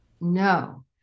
No